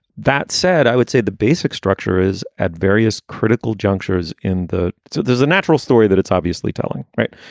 that said, i would say the basic structure is at various critical junctures in the. so there's a natural story that it's obviously telling. right.